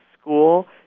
school